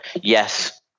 yes